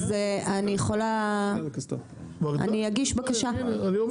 אז אני אגיש בקשה, תודה רבה זה חשוב.